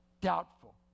doubtful